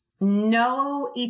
no